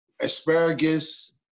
asparagus